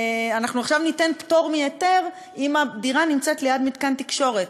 ניתן פטור מהיתר אם הדירה נמצאת ליד מתקן תקשורת.